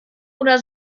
oder